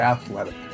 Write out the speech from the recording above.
Athletic